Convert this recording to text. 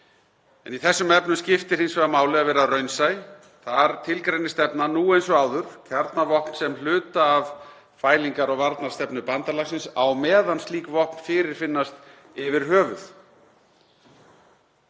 Í þessum efnum skiptir hins vegar máli að vera raunsæ. Þar tilgreinir stefnan, nú eins og áður, kjarnavopn sem hluta af fælingar- og varnarstefnu bandalagsins á meðan slík vopn fyrirfinnast yfir höfuð.